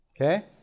Okay